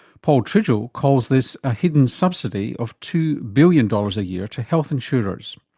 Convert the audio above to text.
paul tridgell calls this a hidden subsidy of two billion dollars a year to health insurers.